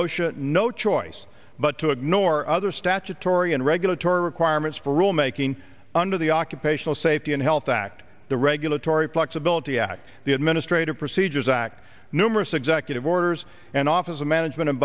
osha no choice but to ignore other statutory and regulatory requirements for rule making under the occupational safety and health act the regulatory flexibility act the administrative procedures act numerous executive orders and office of management